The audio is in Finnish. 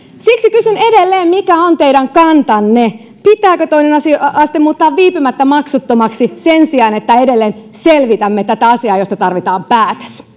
siksi kysyn edelleen mikä on teidän kantanne pitääkö toinen aste muuttaa viipymättä maksuttomaksi sen sijaan että edelleen selvitämme tätä asiaa josta tarvitaan päätös